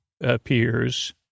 appears